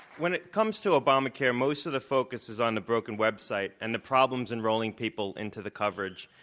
when it comes to obamacare most of the focus is on the broken website and the problems enrolling people into the coverage,